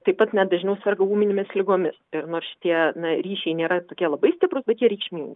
taip pat net dažniau serga ūminėmis ligomis ir nors tie na ryšiai nėra tokie labai stiprūs bet jie reikšmingi